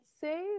say